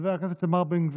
חבר הכנסת איתמר בן גביר,